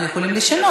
אנחנו יכולים לשנות,